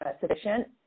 sufficient